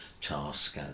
task